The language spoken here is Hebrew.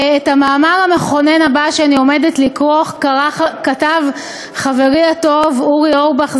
את המאמר המכונן שאני עומדת לקרוא כתב חברי הטוב אורי אורבך,